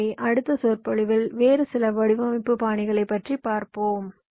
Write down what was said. எனவே அடுத்த சொற்பொழிவில் வேறு சில வடிவமைப்பு பாணிகளைப் பார்ப்போம்